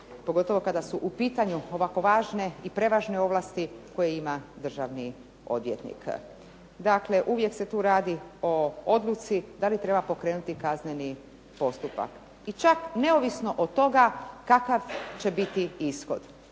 Pogotovo kada su u pitanju ovako važne i prevažne ovlasti koje ima državni odvjetnik. Dakle, uvijek se tu radi o odluci da li treba pokrenuti kazneni postupak, i čak neovisno od toga kakav će biti ishod.